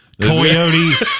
coyote